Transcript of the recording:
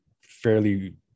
fairly